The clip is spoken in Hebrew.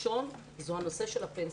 הנושא הראשון הוא הנושא של הפנסיה.